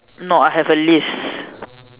no I have a list